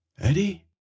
Eddie